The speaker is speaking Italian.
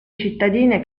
cittadine